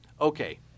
Okay